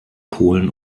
polen